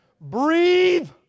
Breathe